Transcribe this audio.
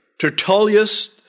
Tertullius